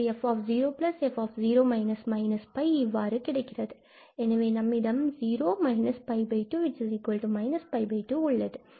எனவே நம்மிடம் 0 −𝜋 2 −𝜋2 உள்ளது